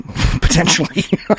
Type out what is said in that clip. potentially